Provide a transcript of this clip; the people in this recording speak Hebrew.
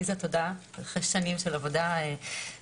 עליזה, תודה, אחרי שנים של עבודה ביחד.